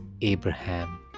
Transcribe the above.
Abraham